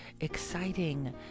exciting